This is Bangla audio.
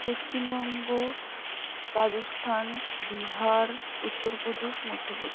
পশ্চিমবঙ্গ রাজস্থান বিহার উত্তরপ্রদেশ মধ্যপ্রদে